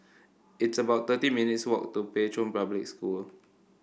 it's about thirty minutes' walk to Pei Chun Public School